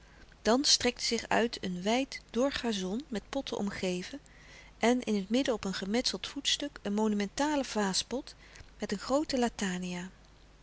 dan strekte zich uit een wijd dor gazon met potten omgeven en in het midden op een gemetseld voetstuk een monumentale vaaspot met een groote latania